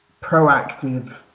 proactive